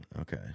Okay